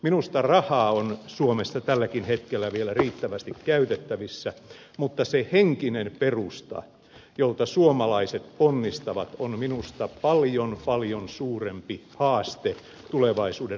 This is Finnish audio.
minusta rahaa on suomessa tälläkin hetkellä vielä riittävästi käytettävissä mutta se henkinen perusta jolta suomalaiset ponnistavat on minusta paljon paljon suurempi haaste tulevaisuuden rakentumisen kannalta